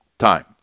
Time